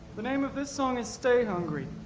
the name of this song is state hungary